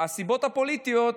הסיבות הפוליטיות